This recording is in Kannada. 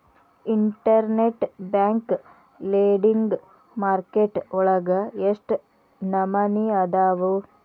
ಇನ್ಟರ್ನೆಟ್ ಬ್ಯಾಂಕ್ ಲೆಂಡಿಂಗ್ ಮಾರ್ಕೆಟ್ ವಳಗ ಎಷ್ಟ್ ನಮನಿಅದಾವು?